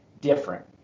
different